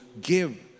give